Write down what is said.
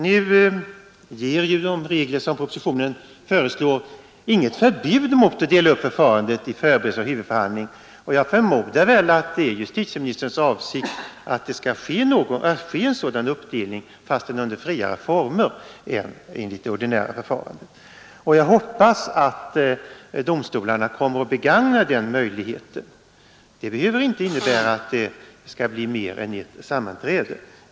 Nu ger ju de regler propositionen föreslår inget förbud mot att dela upp förfarandet i förberedelse och huvudförhandling. Jag förmodar att det är justitieministerns avsikt att det skall ske en sådan uppdelning, fast under friare former än enligt det ordinära förfarandet. Jag hoppas domstolarna kommer att begagna den möjligheten. Det behöver inte innebära att det blir mer än ett sammanträde.